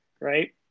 right